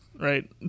right